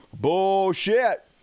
Bullshit